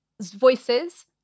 voices